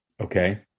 Okay